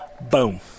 Boom